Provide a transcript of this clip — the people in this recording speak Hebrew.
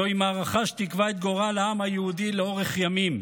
זוהי מערכה שתקבע את גורל העם היהודי לאורך ימים.